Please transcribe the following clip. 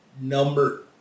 number